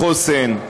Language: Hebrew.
בחוסן,